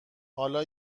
حالا